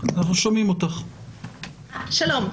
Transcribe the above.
שלום.